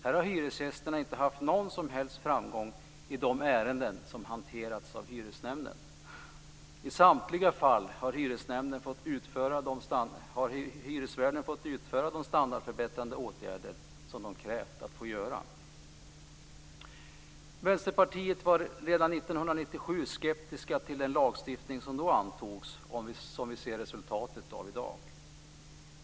Här har hyresgästerna inte haft någon som helst framgång i de ärenden som har hanterats av hyresnämnden. I samtliga fall har hyresvärden fått utföra de standardförbättrande åtgärder som han eller hon har krävt att få vidta. Vänsterpartiet var redan 1997 skeptiskt till den lagstiftning som då antogs och som vi i dag ser resultatet av.